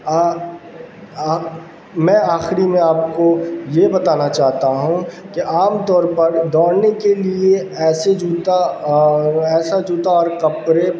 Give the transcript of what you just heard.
میں آخری میں آپ کو یہ بتانا چاہتا ہوں کہ عام طور پر دوڑنے کے لیے ایسے جوتا ایسا جوتا اور کپڑے